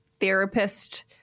therapist